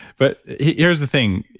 but here's the thing,